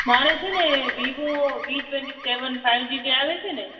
મારે છેને Vivo V twenty seven five G જે આવે છે ને